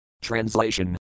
Translation